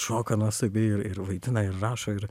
šoka nuostabiai ir ir vaidina ir rašo ir